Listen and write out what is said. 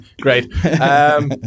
Great